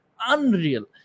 unreal